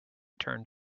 turned